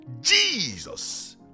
Jesus